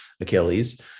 Achilles